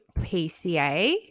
PCA